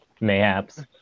mayhaps